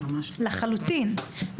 לחלוטין.